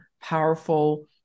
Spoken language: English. powerful